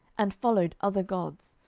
and followed other gods,